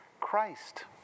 Christ